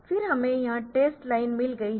फिर हमें यह टेस्ट लाइन मिल गई है